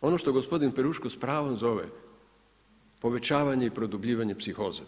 ono što gospodin Peruško s pravom zove, povećanje i produbljivanje psihoze.